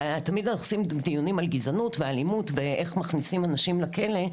תמיד אנחנו עושים דיונים על גזענות ואלימות ואיך מכניסים אנשים לכלא.